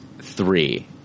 three